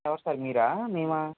ఎవరు సార్ మీరా మేమా